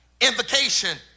invocation